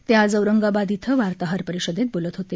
ते आज औरंगाबाद इथं वार्ताहर परिषदेत बोलत होते